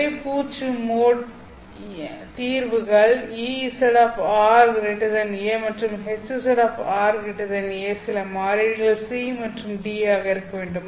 உறை பூச்சு மோட் தீர்வுகள் Ez ra மற்றும் Hzr a சில மாறிலிகள் C மற்றும் D ஆக இருக்க வேண்டும்